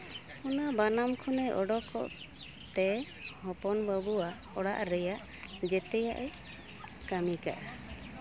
ᱚᱱᱟ ᱵᱟᱱᱟᱢ ᱠᱷᱚᱱᱮ ᱠᱷᱚᱱᱮ ᱚᱰᱚᱠᱚᱜ ᱛᱮ ᱦᱚᱯᱚᱱ ᱵᱟᱹᱵᱩᱣᱟᱜ ᱚᱲᱟᱜ ᱨᱮᱭᱟᱜ ᱡᱮᱛᱮᱭᱟᱜᱼᱮᱭ ᱠᱟᱹᱢᱤ ᱠᱟᱜᱼᱟ